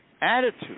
attitude